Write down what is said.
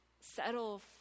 settle